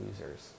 losers